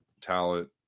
talent